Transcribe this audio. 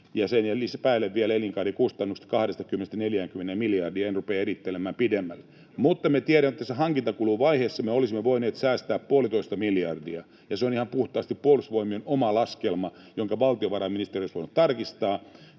ja sen päälle vielä elinkaarikustannukset 20—40 miljardia, en rupea erittelemään pidemmälle. Mutta me tiedämme, että tässä hankintakuluvaiheessa me olisimme voineet säästää puolitoista miljardia, ja se on ihan puhtaasti Puolustusvoi-mien oma laskelma, jonka valtiovarainministeriö olisi voinut tarkistaa,